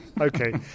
Okay